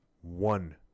One